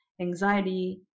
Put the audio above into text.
anxiety